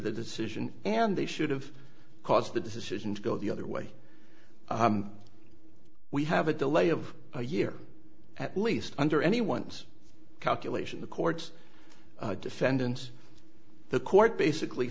the decision and they should've caused the decision to go the other way we have a delay of a year at least under anyone's calculation the court's defendants the court basically